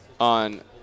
on